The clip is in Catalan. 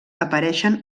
apareixen